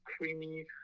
creamy